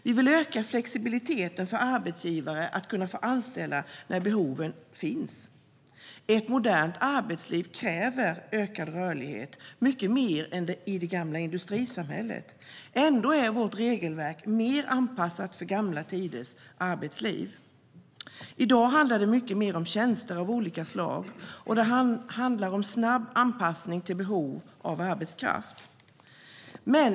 Vi vill öka flexibiliteten för arbetsgivare att kunna anställa när behoven finns. Ett modernt arbetsliv kräver ökad rörlighet, mycket mer än i det gamla industrisamhället. Ändå är vårt regelverk mer anpassat för gamla tiders arbetsliv. I dag handlar det mycket mer om tjänster av olika slag och om snabb anpassning till behov av arbetskraft.